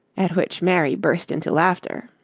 at which mary burst into laughter.